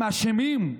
הם אשמים.